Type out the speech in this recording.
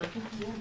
התש"ף-2020.